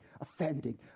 offending